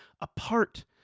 apart